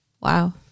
Wow